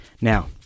Now